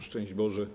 Szczęść Boże!